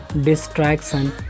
distraction